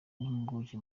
n’impuguke